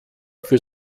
für